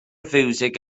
fiwsig